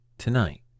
Tonight